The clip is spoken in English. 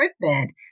equipment